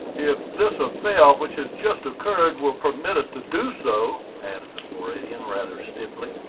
if this affair which has just occurred will permit us to do so, added the floridian, rather stiffly.